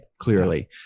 clearly